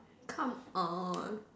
come on